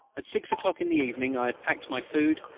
at six o'clock in the evening i had packed my food,